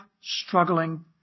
struggling